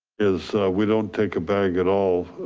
is we don't take a bag at all.